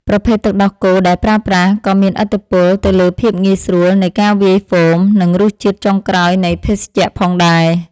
ប្រភេទទឹកដោះគោដែលប្រើប្រាស់ក៏មានឥទ្ធិពលទៅលើភាពងាយស្រួលនៃការវាយហ្វូម និងរសជាតិចុងក្រោយនៃភេសជ្ជៈផងដែរ។